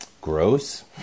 gross